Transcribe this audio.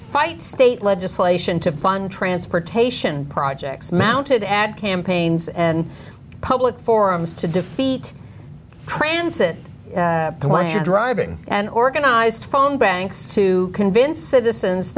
fight state legislation to fund transportation projects mounted ad campaigns and public forums to defeat transit and why he's driving an organized phone banks to convince citizens